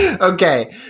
Okay